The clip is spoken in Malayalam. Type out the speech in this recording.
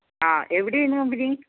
ആ എവിടെയിനു കമ്പനി